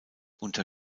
unter